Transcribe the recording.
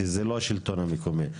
שזה לא השלטון המקומי,